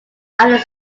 alice